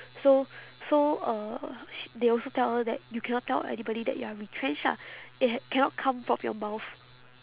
so so uh sh~ they also tell her that you cannot tell anybody that you are retrenched lah it ha~ cannot come from your mouth